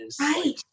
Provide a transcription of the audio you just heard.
right